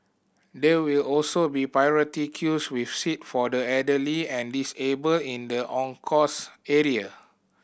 there will also be priority queues with seat for the elderly and disabled in the on course area